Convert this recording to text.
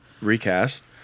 recast